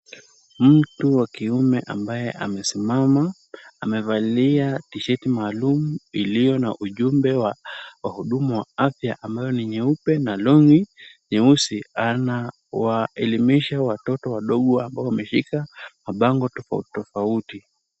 Mtu wa kiume ambaye amesimama. Amevalia tsheti maalum iliyo na ujumbe wa wahudumu wa afya ambao ni nyeupe na long'i nyeusi. Anawaelimisha watoto wadogo ambao wameshika mabango tofauti tofauti.